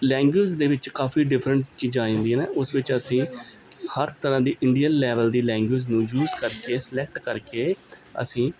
language ਦੇ ਵਿੱਚ ਕਾਫੀ ਡਿਫਰੈਂਟ ਚੀਜ਼ਾਂ ਆ ਜਾਂਦੀਆਂ ਨੇ ਉਸ ਵਿੱਚ ਅਸੀਂ ਹਰ ਤਰ੍ਹਾਂ ਦੀ ਇੰਡੀਅਨ ਲੈਵਲ ਦੀ ਲੈਂਗੁਏਜ ਨੂੰ ਯੂਜ ਕਰਕੇ ਸਲੈਕਟ ਕਰਕੇ ਅਸੀਂ